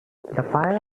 fire